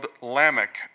Lamech